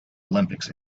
olympics